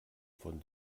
von